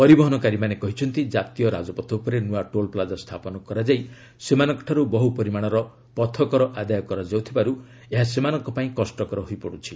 ପରିବହନକାରୀମାନେ କହିଛନ୍ତି ଜାତୀୟ ରାଜପଥ ଉପରେ ନୂଆ ଟୋଲ୍ପ୍ଲାଚ୍ଚା ସ୍ଥାପନ କରାଯାଇ ସେମାନଙ୍କଠାରୁ ବହୁ ପରିମାଣର ପଥକର ଆଦାୟ କରାଯାଉଥିବାରୁ ଏହା ସେମାନଙ୍କ ପାଇଁ କଷ୍ଟକର ହୋଇପଡ଼ିଛି